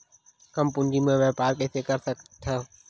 कम पूंजी म व्यापार कइसे कर सकत हव?